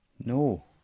No